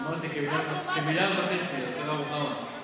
אמרתי, כמיליארד וחצי, השרה רוחמה.